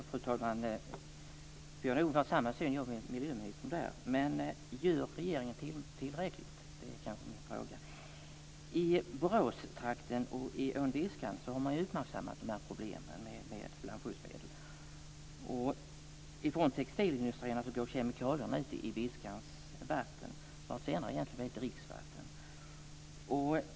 Fru talman! Jag har ungefär samma syn som miljöministern där. Men gör regeringen tillräckligt? Det är frågan. I Boråstrakten och i ån Viskan har man uppmärksammat problemen med flamskyddsmedel. Från textilindustrierna går kemikalierna ut i Viskans vatten för att senare bli dricksvatten.